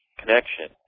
connection